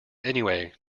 anyway